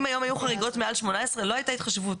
אם היום היו חריגות מעל 18 לא הייתה התחשבות.